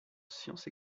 sciences